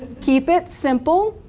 keep it simple,